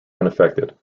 unaffected